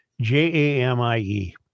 J-A-M-I-E